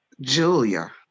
Julia